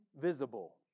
visible